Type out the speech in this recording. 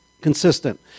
consistent